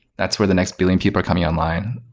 that's where the next billion people are coming online.